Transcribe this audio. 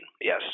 Yes